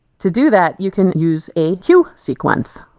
to do that you can use a queue sequence.